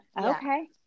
Okay